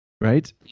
right